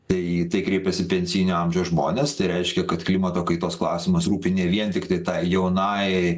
tai tai kreipėsi pensijinio amžiaus žmonės tai reiškia kad klimato kaitos klausimas rūpi ne vien tiktai tai jaunajai